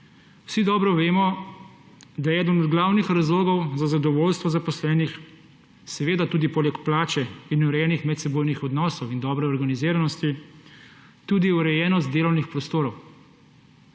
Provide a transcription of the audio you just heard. Vsi dobro vemo, da je eden od glavnih razlogov za zadovoljstvo zaposlenih poleg plače in urejenih medsebojnih odnosov in dobre organiziranosti tudi urejenost delovnih prostorov.